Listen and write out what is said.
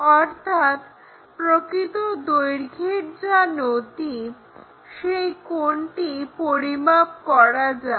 অর্থাৎ প্রকৃত দৈর্ঘ্যের যা নতি সেই কোণটি পরিমাপ করা যাক